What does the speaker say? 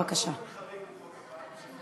אפשר באופן חריג למחוא כפיים?